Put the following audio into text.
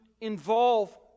involve